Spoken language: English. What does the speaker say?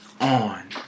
on